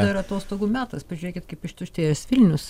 ir atostogų metas pažiūrėkit kaip ištuštėjęs vilnius